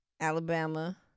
Alabama